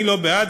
אני לא בעד,